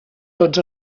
tots